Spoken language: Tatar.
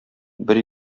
бер